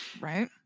right